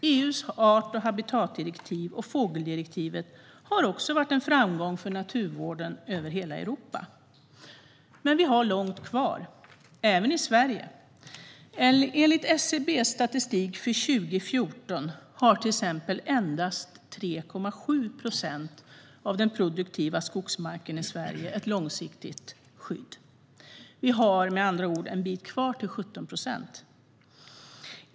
EU:s art och habitatdirektiv och fågeldirektiv har också varit en framgång för naturvården över hela Europa. Men vi har långt kvar, även i Sverige. Enligt SCB:s statistik för 2014 har till exempel endast 3,7 procent av den produktiva skogsmarken i Sverige ett långsiktigt skydd. Vi har med andra ord en bit kvar till 17 procent.